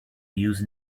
use